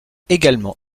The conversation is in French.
également